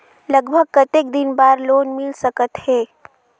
लगभग कतेक दिन बार लोन मिल सकत हे?